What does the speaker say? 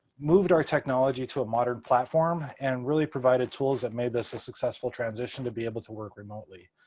moved our technology to a modern platform and really provided tools that made this a successful transition to be able to work remotely.